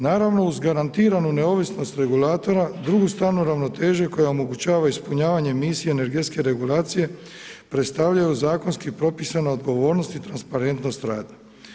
Naravno, uz garantirano neovisnost regulatora drugu stranu ravnoteže koja omogućava ispunjavanjem misije energetske regulacije predstavljaju zakonski propisani odgovornosti i transparentnost rada.